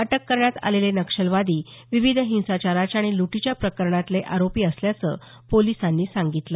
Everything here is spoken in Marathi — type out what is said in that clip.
अटक करण्यात आलेले नक्षलवादी विविध हिंसाचाराच्या आणि लुटींच्या प्रकरणातील आरोपी असल्याचं पोलिसांनी सांगितलं